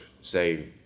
say